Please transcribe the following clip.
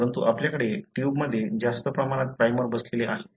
परंतु आपल्याकडे ट्यूबमध्ये जास्त प्रमाणात प्राइमर बसलेले आहेत